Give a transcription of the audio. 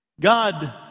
God